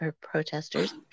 protesters